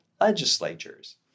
legislatures